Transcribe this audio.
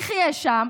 יחיה שם,